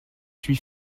six